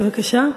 בבקשה,